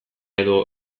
edo